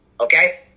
okay